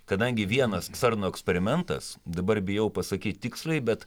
kadangi vienas cerno eksperimentas dabar bijau pasakyt tiksliai bet